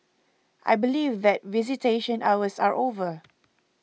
I believe that visitation hours are over